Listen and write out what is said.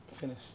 Finish